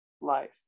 life